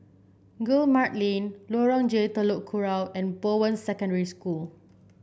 Guillemard Lane Lorong J Telok Kurau and Bowen Secondary School